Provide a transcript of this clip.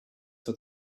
for